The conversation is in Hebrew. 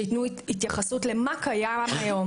שיתנו התייחסות למה שקיים היום,